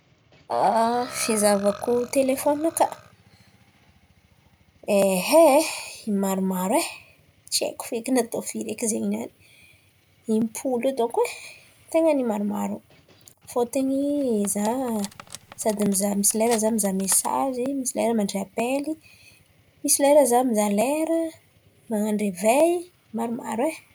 Fizahavako telefôni-nakà maromaro e tsy haiko fekiny atao firy eky zain̈y niany. Im-polo eo dônko e, ten̈a ny maromaro fôtony zaho sady mizàha misy lera mizàha mesazy, misy lera mandray apely misy lera mizàha lera, man̈ano revay, maromaro e.